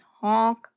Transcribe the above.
honk